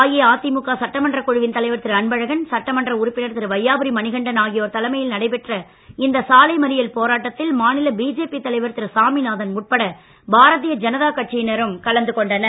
அஇஅதிமுக சட்டமன்றக் குழுவின் தலைவர் திரு அன்பழகன் சட்டமன்ற உறுப்பினர் திரு வையாபுரி மணிகண்டன் ஆகியோர் தலைமையில் நடைபெற்ற இந்த சாலை மறியல் போராட்டத்தில் மாநில பிஜேபி தலைவர் திரு சாமிநாதன் உட்பட பாரதீய ஜனதா கட்சியினரும் கலந்து கொண்டனர்